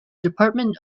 department